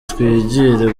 twigire